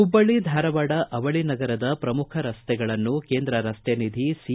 ಹುಬ್ಬಳ್ಳಿ ಧಾರವಾಡ ಅವಳಿ ನಗರದ ಪ್ರಮುಖ ರಸ್ತೆಗಳನ್ನು ಕೇಂದ್ರ ರಸ್ತೆ ನಿಧಿ ಸಿ